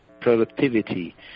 productivity